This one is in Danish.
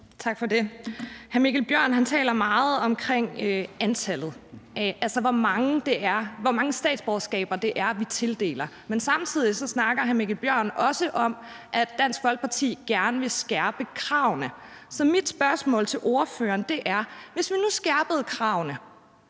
Tak for det. Hr. Mikkel Bjørn taler meget om antallet, altså hvor mange statsborgerskaber det er, vi tildeler. Men samtidig snakker hr. Mikkel Bjørn også om, at Dansk Folkeparti gerne vil skærpe kravene, så mit spørgsmål til ordføreren er: Hvis vi nu skærpede kravene